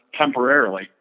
temporarily